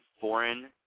foreign